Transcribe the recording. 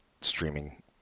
streaming